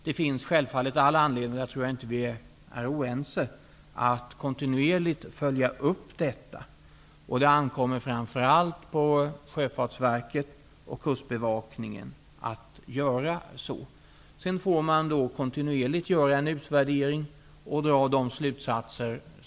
Det finns självfallet all anledning -- jag tror inte att vi är oense därom -- att kontinuerligt följa upp detta. Det ankommer framför allt på Sjöfartsverket och Kustbevakningen att göra så. Därefter får man kontinuerligt utvärdera för att kunna dra aktuella slutsatser.